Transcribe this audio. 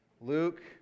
Luke